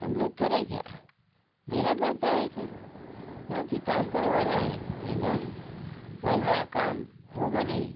हम लोग करें क्या देना पड़ता है फिर क्योंकि काम करवाना है तो देना है वरना काम होगा नहीं